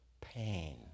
pain